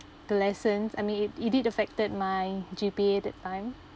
the lessons I mean it it did affected my G_P_A that time